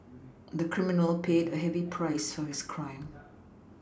the criminal paid a heavy price for his crime